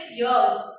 years